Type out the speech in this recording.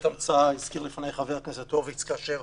המצאה - הזכיר לפניי חבר הכנסת הורוביץ - כאשר